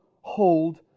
hold